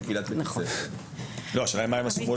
השיח היה שיח חינוכי עם קהילת בית הספר.